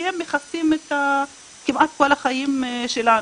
כי הם מכסים כמעט את כל החיים שלנו.